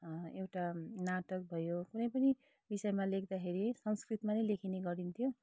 एउटा नाटक भयो कुनै पनि विषयमा लेख्दाखेरि संस्कृतमा नै लेखिने गरिन्थ्यो